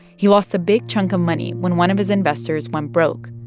he lost a big chunk of money when one of his investors went broke,